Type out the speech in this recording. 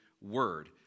word